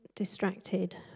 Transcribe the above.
distracted